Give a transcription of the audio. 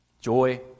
Joy